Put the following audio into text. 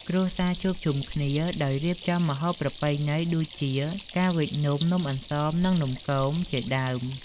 គ្រួសារជួបជុំគ្នា ដោយរៀបចំម្ហូបប្រពៃណីដូចជាការវេចនំ “នំអន្សម” និង “នំគម” ជាដើម។